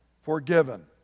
forgiven